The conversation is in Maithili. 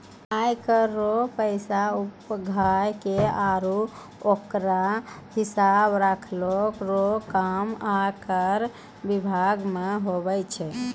आय कर रो पैसा उघाय के आरो ओकरो हिसाब राखै रो काम आयकर बिभाग मे हुवै छै